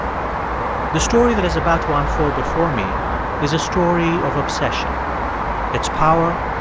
the story that is about to unfold before me is a story of obsession its power,